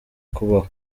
kubaho